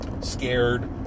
scared